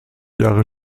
jahre